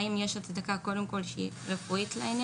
האם יש קודם כל הצדקה רפואית לעניין